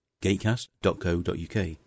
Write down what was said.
gatecast.co.uk